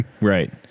Right